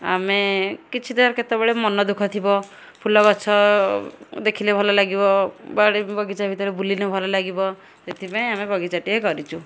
ଆମେ କିଛି ତ କେତେବେଳେ ମନଦୁଃଖ ଥିବ ଫୁଲଗଛ ଦେଖିଲେ ଭଲ ଲାଗିବ ବାଡ଼ି ବଗିଚା ଭିତରେ ବୁଲିନେ ଭଲ ଲାଗିବ ସେଥିପାଇଁ ଆମେ ବଗିଚାଟିଏ କରିଛୁ